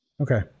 Okay